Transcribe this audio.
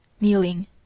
kneeling